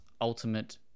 Ultimate